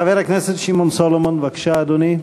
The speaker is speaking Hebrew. חבר הכנסת שמעון סולומון, בבקשה, אדוני.